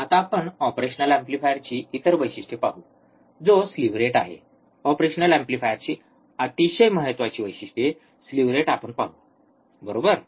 आता आपण ऑपरेशनल एम्प्लीफायरची इतर वैशिष्ट्ये पाहू जो स्लीव रेट आहे ऑपरेशनल एम्प्लीफायरची अतिशय महत्वाची वैशिष्ट्ये स्लीव्ह रेट आपण पाहू बरोबर